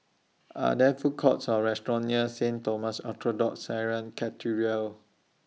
Are There Food Courts Or restaurants near Saint Thomas Orthodox Syrian Cathedral